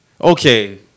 Okay